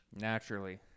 naturally